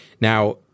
Now